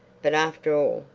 but, after all,